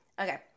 Okay